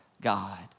God